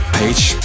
page